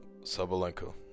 Sabalenko